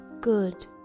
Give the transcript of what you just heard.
good